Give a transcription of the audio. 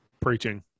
preaching